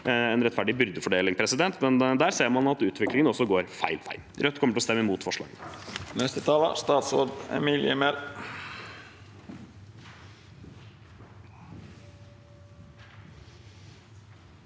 en rettferdig byrdefordeling på, men der ser man at utviklingen går feil vei. Rødt kommer til å stemme imot forslagene.